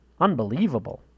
unbelievable